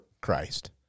Christ